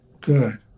Good